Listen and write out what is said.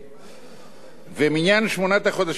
ומניין שמונת החודשים לחייו של התיק